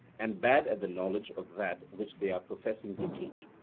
and bad at the knowledge of that which they are professing to teach?